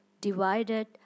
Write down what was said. divided